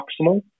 proximal